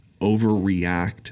overreact